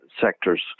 sectors